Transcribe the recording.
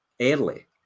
early